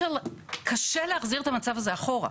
קשה להחזיר את המצב הזה אחורה.